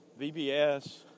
VBS